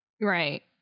Right